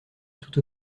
toute